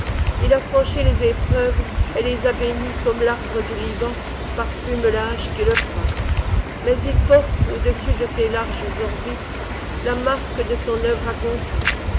il a franchi les épreuves et les a bénies comme l'arbre du liban parfume la hache qui le frappe mais il porte au-dessus de ses larges orbites la marque de son œuvre accomplie